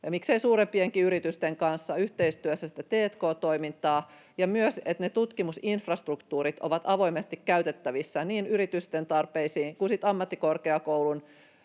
ja miksei suurempienkin yritysten kanssa sitä t&k-toimintaa, ja myös niin, että ne tutkimusinfrastruktuurit ovat avoimesti käytettävissä niin yritysten tarpeisiin kuin ammattikorkeakoulun